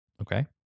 Okay